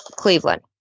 Cleveland